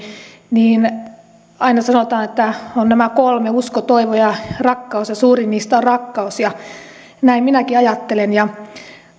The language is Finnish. niin kun aina sanotaan että on nämä kolme usko toivo ja rakkaus ja suurin niistä on rakkaus näin minäkin ajattelen